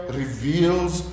reveals